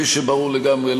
כפי שברור לגמרי,